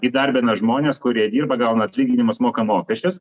įdarbina žmones kurie dirba gauna atlyginimus moka mokesčius